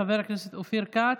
חבר הכנסת אופיר כץ,